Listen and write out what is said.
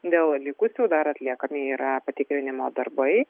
dėl likusių dar atliekami yra patikrinimo darbai